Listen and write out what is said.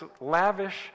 lavish